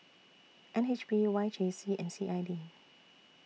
N H B Y J C and C I D